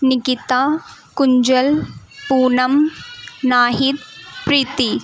Nikita Kunjal Poonam Nahid Preeti